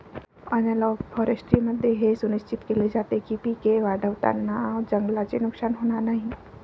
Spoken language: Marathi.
ॲनालॉग फॉरेस्ट्रीमध्ये हे सुनिश्चित केले जाते की पिके वाढवताना जंगलाचे नुकसान होणार नाही